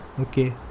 Okay